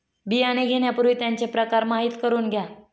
बियाणे घेण्यापूर्वी त्यांचे प्रकार माहिती करून घ्या